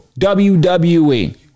WWE